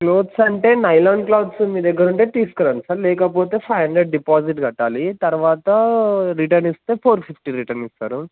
clothes అంటే nylon clothes మీ దగ్గర ఉంటే తీసుకురండి సార్ లేకపోతే ఫైవ్ హండ్రెడ్ డిపాజిట్ కట్టాలి తర్వాత రిటర్న్ ఇస్తే ఫోర్ ఫిఫ్టీ రిటర్న్ ఇస్తారు